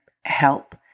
help